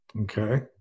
Okay